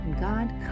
God